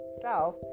self